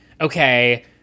okay